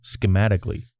schematically